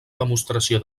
demostració